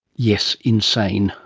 yes, insane.